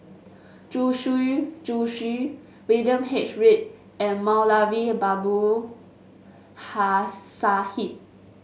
Zhu Xu Zhu Xu William H Read and Moulavi Babu Ha Sahib